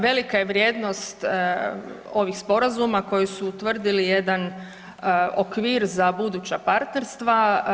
Velika je vrijednost ovih sporazuma koji su utvrdili jedan okvir za buduća partnerstva.